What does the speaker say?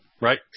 right